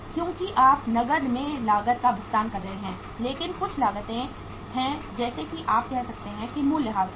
क्योंकि आप नकद में लागत का भुगतान कर रहे हैं लेकिन कुछ लागतें हैं जैसे कि आप कह सकते हैं कि मूल्यह्रास है